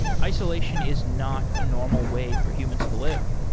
isolation is not a normal way for humans to live.